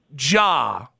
Ja